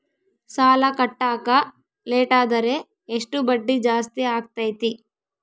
ಸಾಲ ಕಟ್ಟಾಕ ಲೇಟಾದರೆ ಎಷ್ಟು ಬಡ್ಡಿ ಜಾಸ್ತಿ ಆಗ್ತೈತಿ?